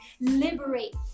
liberate